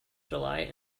july